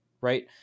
right